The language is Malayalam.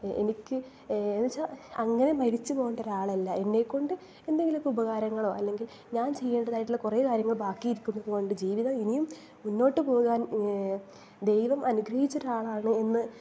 എനിക്ക് എന്ന് വച്ചാൽ അങ്ങനെ മരിച്ച് പോകേണ്ട ഒരാളല്ല എന്നെ കൊണ്ട് എന്തെങ്കിലിമൊക്കെ ഉപകാരങ്ങളോ അല്ലെങ്കിൽ ഞാൻ ചെയ്യേണ്ടതായിട്ടുള്ള കുറേ കാര്യങ്ങൾ ബാക്കിയിരിക്കുന്നത് കൊണ്ട് ജീവിതം ഇനിയും മുന്നോട്ട് പോകാൻ ദൈവം അനുഗ്രഹിച്ച ഒരാളാണ് എന്ന്